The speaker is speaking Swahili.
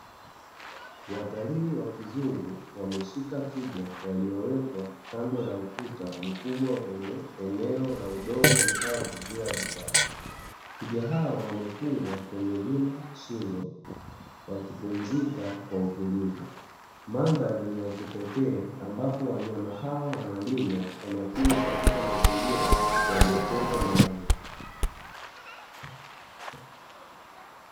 Watalii wa kizungu wameshika twiga waliowekwa kando ya ukuta mkubwa wa kwenye eneo la udongo mkavu bila vichaka. Twiga hao wamefungwa kwenye vimashingo wakipumzika kwa utulivu. Mandhari ni ya kipekee ambapo wanyama hao wanalindwa kwa makini katika mazingira yaliyotengwa maalumu.